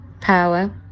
power